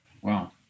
Wow